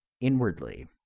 inwardly